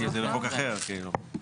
כי זה מחוק אחר כאילו.